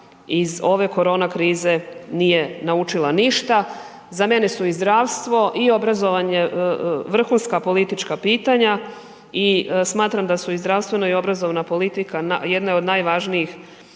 iz ove korona krize nije naučila ništa. Za mene su i zdravstvo i obrazovanje vrhunska politička pitanja i smatram da su i zdravstvena i obrazovna politika jedne od najvažnijih